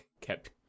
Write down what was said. kept